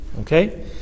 okay